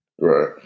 Right